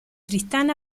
tristán